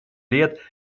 лет